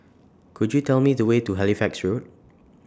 Could YOU Tell Me The Way to Halifax Road